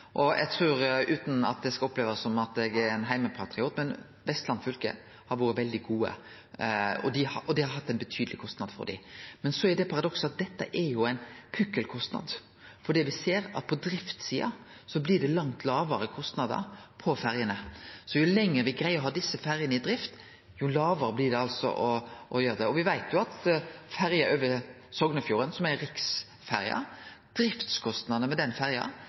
Eg trur, utan at det skal opplevast som at eg er ein heimepatriot, at Vestland fylke har vore veldig gode, og det har hatt ein betydeleg kostnad for dei. Men så er det paradokset at dette er ein pukkelkostnad, for vi ser at på driftssida blir det langt lågare kostnader på ferjene. Jo lenger vi greier å ha desse ferjene i drift, jo lågare blir kostnadene. Driftskostnadene for ferja over Sognefjorden, som er riksferje, er tilsvarande ei svele og ein kaffikopp. Men det er staten som tener på det i dag. Det viser at vi må hjelpe fylka med